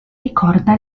ricorda